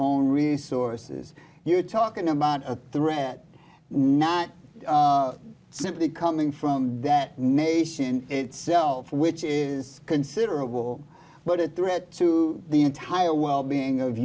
own resources you're talking about a threat not simply coming from that nation itself which is considerable but a threat to the entire well being of